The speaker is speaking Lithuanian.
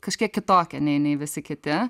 kažkiek kitokia nei nei visi kiti